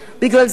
בגלל זה,